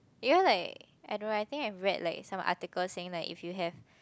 you know like I don't know I think I have read like some articles saying like if you have